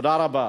תודה רבה.